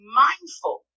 mindful